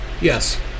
Yes